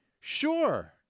sure